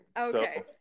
Okay